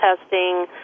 testing